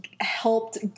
helped